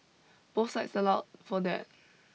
both sites allow for that